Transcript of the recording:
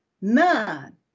None